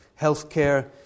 healthcare